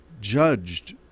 judged